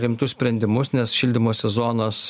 rimtus sprendimus nes šildymo sezonas